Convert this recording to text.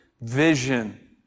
vision